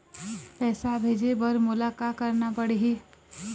पैसा भेजे बर मोला का करना पड़ही?